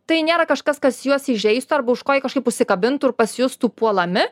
tai nėra kažkas kas juos įžeistų arba už ko jie kažkaip užsikabintų ir pasijustų puolami